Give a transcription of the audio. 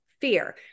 fear